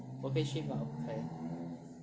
我可以 stream mah 不可以